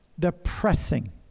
depressing